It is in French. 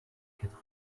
quatre